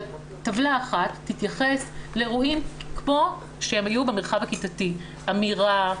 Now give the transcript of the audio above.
אבל טבלה אחת תתייחס לאירועים כמו שהם היו במרחב הכיתתי אמירה,